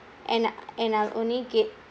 and and I'll only get